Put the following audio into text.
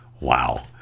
Wow